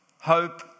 hope